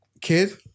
kid